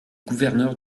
gouverneur